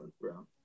Brown